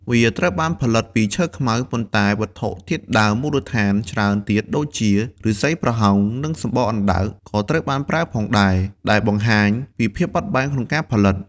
វាត្រូវបានផលិតពីឈើខ្មៅ ប៉ុន្តែវត្ថុធាតុដើមមូលដ្ឋានច្រើនទៀតដូចជា ឫស្សីប្រហោង និងសំបកអណ្តើក ក៏ត្រូវបានប្រើផងដែរ ដែលបង្ហាញពីភាពបត់បែនក្នុងការផលិត។